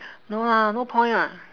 no lah no point ah